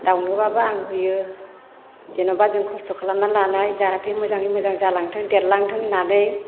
दाउनोबाबो आं होयो जेन'बा जों खस्थ' खालामनानै लानाय जाहाथे मोजाङै मोजां जालांथों देरलांथों होन्नानै